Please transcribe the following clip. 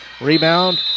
Rebound